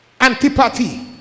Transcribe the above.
Antipathy